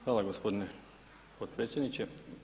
Hvala gospodine potpredsjedniče.